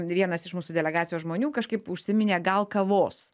vienas iš mūsų delegacijos žmonių kažkaip užsiminė gal kavos